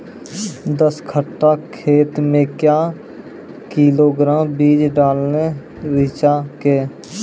दस कट्ठा खेत मे क्या किलोग्राम बीज डालने रिचा के?